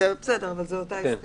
אבל זאת אותה הסתייגות.